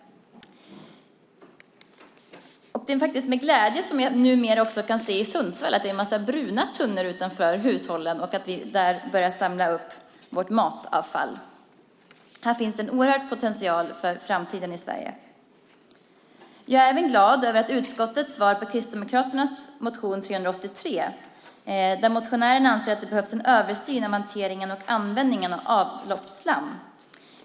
Det är faktiskt med glädje som jag numera också i Sundsvall kan se att det står en mängd bruna tunnor utanför husen. Där börjar man samla upp sitt matavfall. Här finns en oerhörd potential för framtiden i Sverige. Jag är även glad över utskottets svar på Kristdemokraternas motion MJ383, där motionären anser att det behövs en översyn av hanteringen och användningen av avloppsslam.